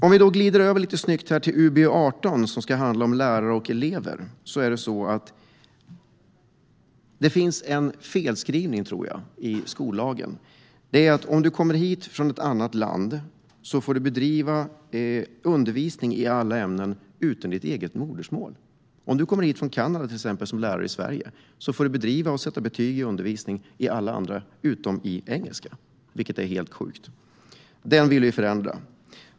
Nu går jag över till UbU18 som handlar om lärare och elever. Jag tror att det finns en felskrivning i skollagen. Om en lärare kommer hit från ett annat land får man bedriva undervisning i alla ämnen utom i sitt eget modersmål. Om man kommer hit från till exempel Kanada och jobbar som lärare i Sverige får man bedriva undervisning och sätta betyg i alla andra ämnen utom i engelska, vilket är helt sjukt. Det vill vi förändra.